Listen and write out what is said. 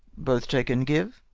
both take and give.